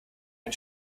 ein